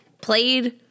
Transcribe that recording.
played